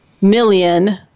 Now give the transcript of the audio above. million